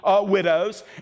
widows